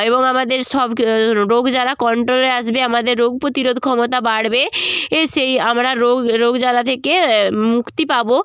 এবং আমাদের সব ক্ রোগ জ্বালা কন্ট্রোলে আসবে আমাদের রোগ প্রতিরোধ ক্ষমতা বাড়বে এ সেই আমরা রোগ রোগ জ্বালা থেকে মুক্তি পাব